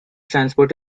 transport